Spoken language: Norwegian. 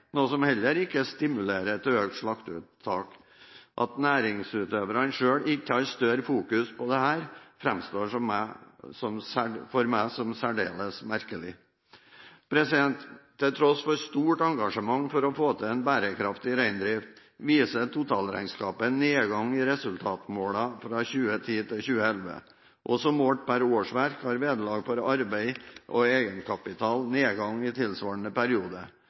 noe som heller ikke stimulerer til økt slakteuttak. At næringsutøverne selv ikke har større fokus på dette, framstår for meg som særdeles merkelig. Til tross for stort engasjement for å få til en bærekraftig reindrift, viser totalregnskapet nedgang i resultatmålene fra 2010 til 2011. Også målt per årsverk har vederlag for arbeid og egenkapital nedgang i tilsvarende periode.